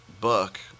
book